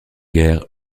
guerre